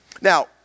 Now